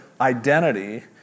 identity